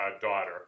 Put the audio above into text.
daughter